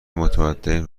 متمدن